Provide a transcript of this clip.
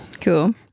Cool